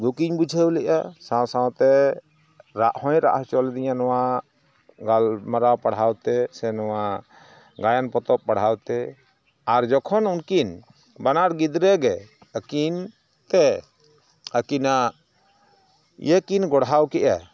ᱫᱩᱠᱤᱧ ᱵᱩᱡᱷᱟᱹᱣ ᱞᱮᱫᱼᱟ ᱥᱟᱶ ᱥᱟᱶᱛᱮ ᱨᱟᱜᱦᱚᱸᱭ ᱨᱟᱜ ᱦᱚᱪᱚ ᱞᱮᱫᱮᱧᱟ ᱱᱚᱣᱟ ᱜᱟᱞᱢᱟᱨᱟᱣ ᱯᱟᱲᱦᱟᱣᱛᱮ ᱥᱮ ᱱᱚᱣᱟ ᱜᱟᱭᱟᱱ ᱯᱚᱛᱚᱵᱽ ᱯᱟᱲᱦᱟᱣᱛᱮ ᱟᱨ ᱡᱚᱠᱷᱚᱱ ᱩᱱᱠᱤᱱ ᱵᱟᱱᱟᱨ ᱜᱤᱫᱽᱨᱟᱹᱜᱮ ᱟᱹᱠᱤᱱᱛᱮ ᱟᱹᱠᱤᱱᱟᱜ ᱤᱭᱟᱹᱠᱤᱱ ᱜᱚᱲᱦᱟᱣ ᱠᱮᱜᱼᱟ